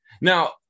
now